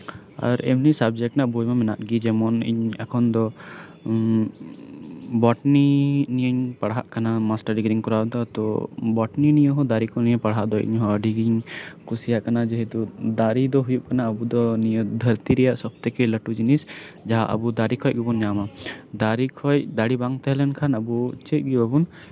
ᱟᱨ ᱮᱢᱱᱤ ᱥᱟᱵᱡᱮᱠᱴ ᱨᱮᱱᱟᱜ ᱵᱳᱭ ᱦᱚᱸ ᱦᱮᱱᱟᱜ ᱜᱮᱭᱟ ᱡᱮᱢᱚᱱ ᱮᱠᱷᱚᱱ ᱫᱚ ᱵᱳᱴᱟᱱᱤ ᱱᱤᱭᱮᱧ ᱯᱟᱲᱦᱟᱜ ᱠᱟᱱᱟ ᱢᱟᱥᱴᱟᱨ ᱰᱤᱜᱽᱨᱤᱧ ᱠᱚᱨᱟᱣᱮᱫᱟ ᱛᱚ ᱵᱳᱴᱟᱱᱤ ᱱᱤᱭᱮ ᱫᱟᱨᱮ ᱠᱚ ᱱᱤᱭᱮ ᱯᱟᱲᱦᱟᱣ ᱫᱚ ᱤᱧ ᱦᱚᱸ ᱟᱹᱰᱤᱧ ᱠᱩᱥᱤᱭᱟᱜ ᱠᱟᱱᱟ ᱠᱤᱱᱛᱩ ᱫᱟᱨᱮ ᱫᱚ ᱦᱩᱭᱩᱜ ᱠᱟᱱᱟ ᱟᱵᱚᱣᱟᱜ ᱱᱤᱭᱟᱹ ᱫᱷᱟᱹᱨᱛᱤ ᱨᱮᱱᱟᱜ ᱥᱚᱵ ᱛᱷᱮᱠᱮ ᱡᱷᱚᱛᱚ ᱞᱟᱹᱴᱩ ᱡᱤᱱᱤᱥ ᱥᱚᱵ ᱠᱤᱪᱷᱩ ᱟᱵᱚ ᱫᱟᱨᱮ ᱠᱷᱚᱱ ᱜᱮᱵᱚᱱ ᱧᱟᱢᱟ ᱫᱟᱨᱮ ᱵᱟᱝ ᱛᱟᱦᱮᱸᱱ ᱠᱷᱟᱱ ᱟᱵᱚ ᱪᱮᱫᱜᱮ ᱵᱟᱵᱚᱱ